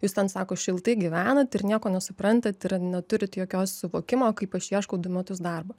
jūs ten sako šiltai gyvenat ir nieko nesuprantat ir neturit jokio suvokimo kaip aš ieškau du metus darbo